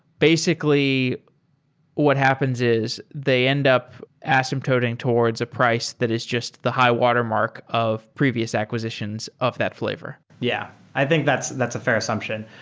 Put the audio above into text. basically what happens is they end up asymptoting towards a price that is just the high watermark of previous acquisitions of that fl avor. yeah. i think that's that's a fair assumption.